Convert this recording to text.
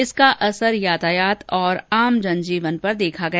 इसका असर यातायात और आम जन जीवन पर देखा गया